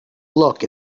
look